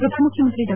ಉಪಮುಖ್ಯಮಂತ್ರಿ ಡಾ